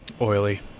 oily